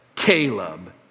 Caleb